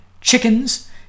chickens